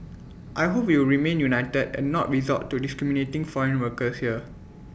I hope we will remain united and not resort to discriminating foreign workers here